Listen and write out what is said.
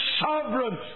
sovereign